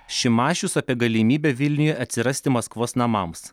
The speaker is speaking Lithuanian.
šimašius apie galimybę vilniuje atsirasti maskvos namams